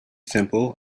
simple